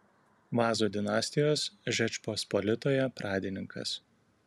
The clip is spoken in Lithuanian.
vazų dinastijos žečpospolitoje pradininkas